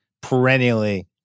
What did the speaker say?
perennially